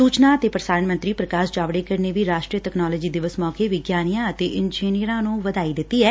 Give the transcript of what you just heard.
ਸੁਚਨਾ ਤੇ ਪ੍ਰਸਾਰਣ ਮੰਤਰੀ ਪ੍ਰਕਾਸ਼ ਜਾਵੜੇਕਰ ਨੇ ਵੀ ਰਾਸ਼ਟਰੀ ਤਕਨਾਲੋਜੀ ਦਿਵਸ ਮੌਕੇ ਵਿਗਿਆਨੀਆਂ ਤੇ ਇੰਜਨੀਅਰਾਂ ਨੂੰ ਵਧਾਈ ਦਿੱਤੀ ਐ